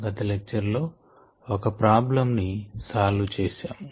గత లెక్చర్ లో ఒక ప్రాబ్లమ్ ని సాల్వ్ చేసాము